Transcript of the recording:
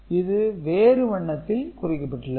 இது வேறு வண்ணத்தில் குறிக்கப்பட்டுள்ளது